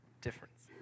difference